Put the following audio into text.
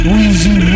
Weezy